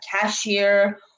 cashier